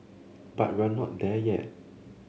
but we're not there yet